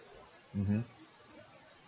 mmhmm